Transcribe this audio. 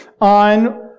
on